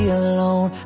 alone